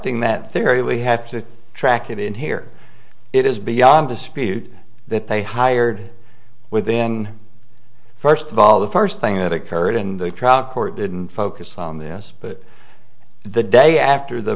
in that theory we have to track it in here it is beyond dispute that they hired within first of all the first thing that occurred in the trial court didn't focus on this but the day after the